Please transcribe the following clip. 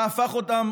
מה הפך אותם